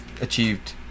achieved